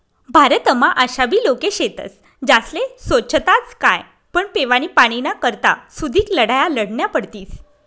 भारतमा आशाबी लोके शेतस ज्यास्ले सोच्छताच काय पण पेवानी पाणीना करता सुदीक लढाया लढन्या पडतीस